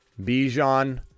Bijan